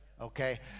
Okay